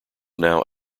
now